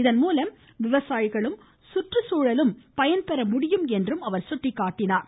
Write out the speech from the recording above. இதன்மூலம் விவசாயிகளும் சுற்றுச்சூழலும் பயன்பெற முடியும் என்று அவர் எடுத்துரைத்தார்